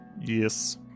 Yes